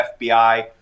fbi